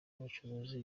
ubucuruzi